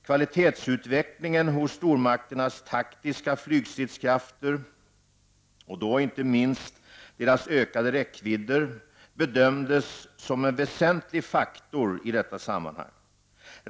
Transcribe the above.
Kvalitetsutvecklingen hos stormakternas taktiska flygstridskrafter, och då inte minst deras ökade räckvidder, bedömdes som en väsentlig faktor i detta sammanhang.